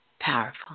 Powerful